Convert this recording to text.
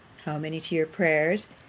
how many to your prayers?